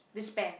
they spent